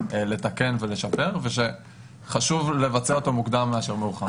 לתקן ולשפר ושחשוב לבצע אותם מוקדם מאשר מאוחר.